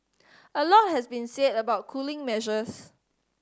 a lot has been said about cooling measures